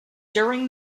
during